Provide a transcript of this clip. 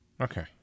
Okay